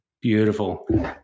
Beautiful